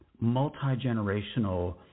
multi-generational